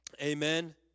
Amen